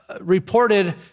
reported